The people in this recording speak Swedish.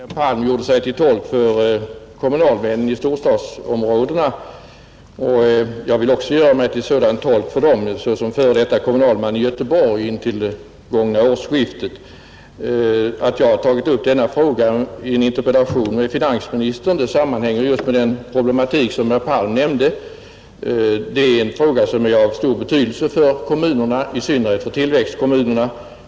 Herr talman! Herr Palm gjorde sig till tolk för kommunalmännen i storstadsområdena, och jag vill också göra mig till tolk för dem såsom kommunalman i Göteborg intill det gångna årsskiftet. Att jag tagit upp denna fråga om avräkningen i en interpellation till finansministern sammanhänger med den problematik som herr Palm nämnde. Det är en fråga som har stor betydelse för kommunerna och i synnerhet för tillväxtkommunerna.